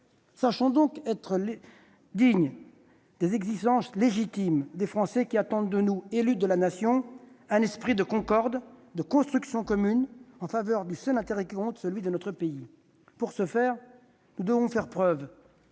Sachons être dignes des exigences légitimes des Français, qui attendent de nous, élus de la Nation, un esprit de concorde, de construction commune, en faveur du seul intérêt qui compte : celui de notre pays. Pour ce faire, nous devons faire preuve